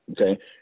Okay